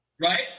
right